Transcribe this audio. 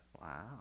Wow